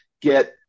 get